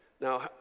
Now